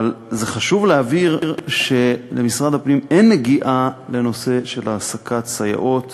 אבל חשוב להבהיר שלמשרד הפנים אין נגיעה לנושא של העסקת סייעות